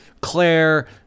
Claire